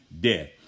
death